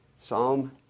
Psalm